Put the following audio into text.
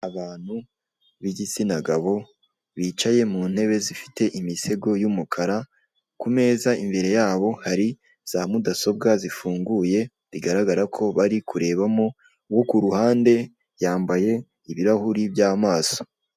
Abantu b'igitsina gabo bicaye mu ntebe zifite imisego y'umukara, ku meza imbere yabo hari za mudasobwa zifunguye bigaragara ko bari kurebamo, uwo ku ruhande yambaye ibirahuri by'amaso.